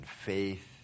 faith